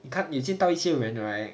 你看你见到一些人 right